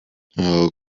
how